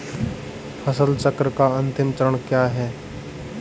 फसल चक्र का अंतिम चरण क्या है?